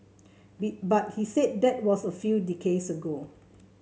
we but he said that was a few decades ago